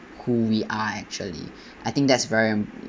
who we are actually I think that's very